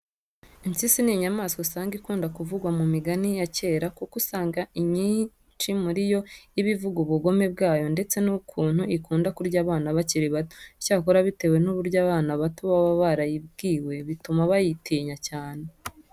Impyisi ni inyamaswa usanga ikunda kuvugwa mu migani ya kera kuko usanga imyinshi muri yo iba ivuga ubugome bwayo ndetse n'ukuntu ikunda kurya abana bakiri bato. Icyakora bitewe n'uburyo abana bato baba barayibwiwe, bituma bayitinya cyane.